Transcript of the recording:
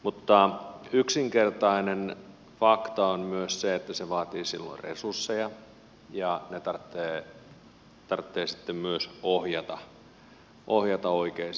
mutta yksinkertainen fakta on myös se että se vaatii silloin resursseja ja ne täytyy myös ohjata oikeisiin paikkoihin